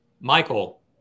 Michael